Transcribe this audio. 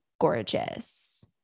gorgeous